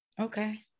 okay